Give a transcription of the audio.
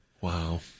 Wow